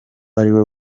ariwe